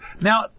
Now